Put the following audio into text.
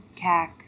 CAC